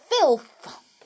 filth